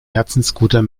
herzensguter